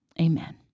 amen